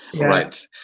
Right